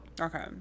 Okay